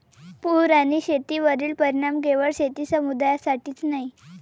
पूर आणि शेतीवरील परिणाम केवळ शेती समुदायासाठीच नाही